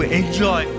enjoy